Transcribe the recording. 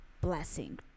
Blessing